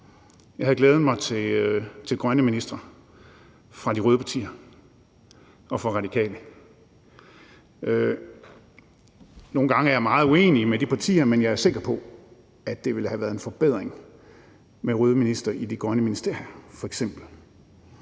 Jeg havde glædet mig til grønne ministre fra de røde partier og fra Radikale. Nogle gange er jeg meget uenig med de partier, men jeg er sikker på, at det ville have været en forbedring med røde ministre i f.eks. de grønne ministerier.